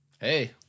Hey